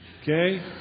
Okay